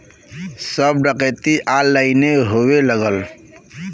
सब डकैती ऑनलाइने होए लगल